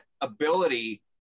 ability